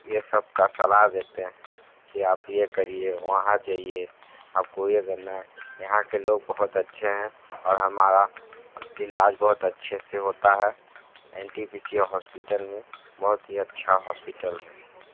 ये सबका सलाह देते हैं कि आप ये करिए वहाँ जाइए आपको ये करना हैं यहाँ के लोग बहुत अच्छे हैं और हमारा इलाज बहुत अच्छे से होता है एनटीपीसी हॉस्पिटल में बहुत ही अच्छा हॉस्पिटल है